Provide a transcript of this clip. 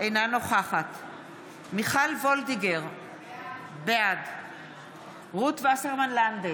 אינה נוכחת מיכל וולדיגר, בעד רות וסרמן לנדה,